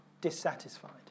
dissatisfied